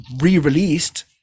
re-released